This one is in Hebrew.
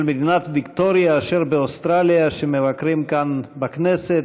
מדינת ויקטוריה אשר באוסטרליה שמבקרים כאן בכנסת.